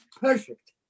Perfect